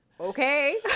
okay